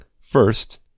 first